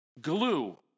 glue